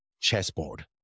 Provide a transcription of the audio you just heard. chessboard